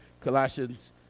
Colossians